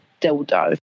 dildo